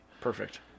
perfect